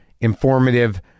informative